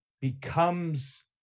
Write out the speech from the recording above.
becomes